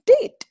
date